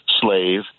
slave